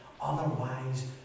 Otherwise